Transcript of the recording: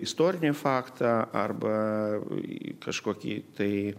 istorinį faktą arba į kažkokį tai